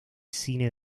cine